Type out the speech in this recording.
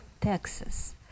Texas